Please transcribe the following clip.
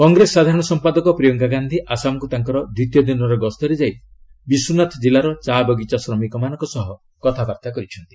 କଂଗ୍ରେସ ସାଧାରଣ ସମ୍ପାଦକ ପ୍ରିୟଙ୍କା ଗାନ୍ଧୀ ଆସାମକୁ ତାଙ୍କର ଦ୍ୱିତୀୟ ଦିନର ଗସ୍ତରେ ଯାଇ ବିଶ୍ୱନାଥ ଜିଲ୍ଲାର ଚାବଗିଚା ଶ୍ରମିକମାନଙ୍କ ସହ କଥାବାର୍ତ୍ତା କରିଛନ୍ତି